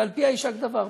ועל פיה יישק דבר,